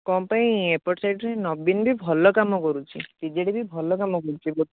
କ'ଣ ପାଇଁ ଏପଟ ସାଇଡ୍ରେ ନବୀନ୍ ବି ଭଲ କାମ କରୁଛି ବି ଜେ ଡି ବି ଭଲ କାମ କରୁଛି ବଟ୍